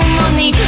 money